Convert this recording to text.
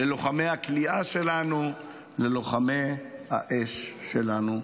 ללוחמי הכליאה שלנו, ללוחמי האש שלנו.